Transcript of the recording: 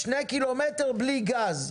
2 קילומטר בלי גז.